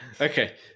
okay